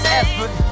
effort